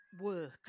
work